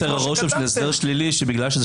שלא ייווצר הרושם של הסדר שלילי שבגלל שזה